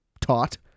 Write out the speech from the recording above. taught